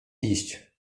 iść